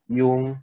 yung